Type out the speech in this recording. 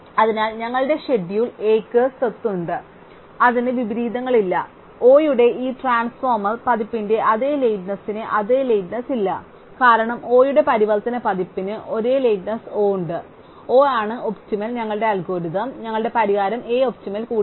അതിനാൽ ഞങ്ങളുടെ ഷെഡ്യൂൾ Aക്ക് സ്വത്ത് ഉണ്ട് അതിന് വിപരീതങ്ങളില്ല Oയുടെ ഈ ട്രാൻസ്ഫോർമർ പതിപ്പിന്റെ അതേ ലേറ്റ്നെസ്ന്റെ അതേ ലേറ്റ്നെസ് ഇല്ല കാരണം Oയുടെ പരിവർത്തന പതിപ്പിന് ഒരേ ലേറ്റ്നെസ് O ഉണ്ട് O ആണ് ഒപ്റ്റിമൽ ഞങ്ങളുടെ അൽഗോരിതം ഞങ്ങളുടെ പരിഹാരം A ഒപ്റ്റിമൽ കൂടിയാണ്